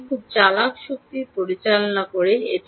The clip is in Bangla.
আপনি খুব চালাক শক্তি পরিচালনা করেন